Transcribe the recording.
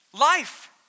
life